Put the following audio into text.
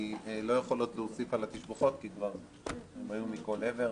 אני לא יכול עוד להוסיף על התשבחות כי הן כבר היו מכל עבר,